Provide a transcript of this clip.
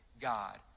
God